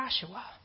Joshua